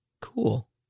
cool